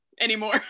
anymore